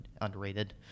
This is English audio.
underrated